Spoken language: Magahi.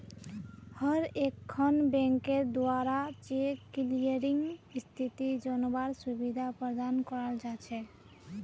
हर एकखन बैंकेर द्वारा चेक क्लियरिंग स्थिति जनवार सुविधा प्रदान कराल जा छेक